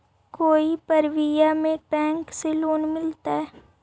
कोई परबिया में बैंक से लोन मिलतय?